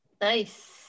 Nice